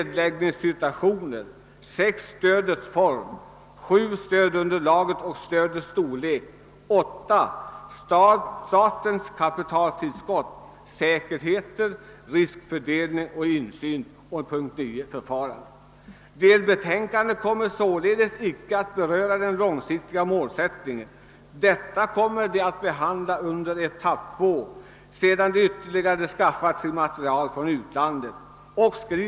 Detta delbetänkande skall be Delbetänkandet kommer således icke att beröra den långsiktiga målsättningen. Denna skall behandlas i etapp 2 sedan ytterligare material införskaffats från utlandet.